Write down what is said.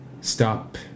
stop